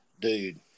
Dude